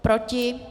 Proti?